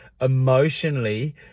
emotionally